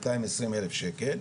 מאתיים עשרים אלף שקל,